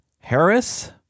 Harris